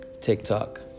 TikTok